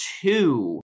two